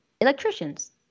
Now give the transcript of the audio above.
electricians